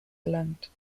erlangt